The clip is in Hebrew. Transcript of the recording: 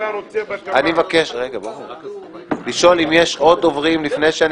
אני מבקש לשאול אם יש עוד דוברים לפני שאני